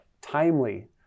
timely